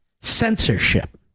censorship